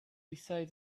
beside